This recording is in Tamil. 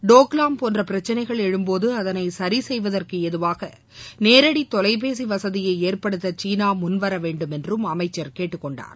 டோக்லாம் போன்ற பிரச்சினைகள் எழும்போது அதனை சரிசெய்வதற்கு ஏதுவாக நேரடி தொலைபேசி வசதியை ஏற்படுத்த சீனா முன்வர வேண்டும் என்றும் அமைச்சர் கேட்டுக்கொண்டார்